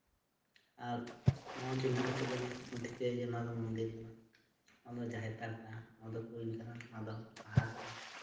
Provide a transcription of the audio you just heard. ᱟᱨ ᱱᱚᱣᱟ ᱪᱤᱱᱦᱟᱹ ᱠᱟᱛᱮᱫ ᱜᱮ ᱴᱷᱤᱠᱟᱹᱭᱟ ᱡᱮ ᱱᱚᱣᱟ ᱫᱚ ᱢᱚᱱᱫᱤᱨ ᱠᱟᱱᱟ ᱱᱚᱣᱟ ᱫᱚ ᱡᱟᱦᱮᱨ ᱛᱷᱟᱱ ᱠᱟᱱᱟ ᱱᱚᱣᱟ ᱫᱚ ᱠᱩᱧ ᱠᱟᱱᱟ ᱱᱚᱣᱟ ᱫᱚ ᱟᱨ